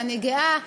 ואני גאה